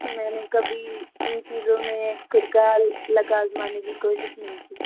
मैंने कभी इन चीज़ों में खुद का लक आजमाने की कोशिश नहीं की